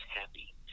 happy